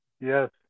Yes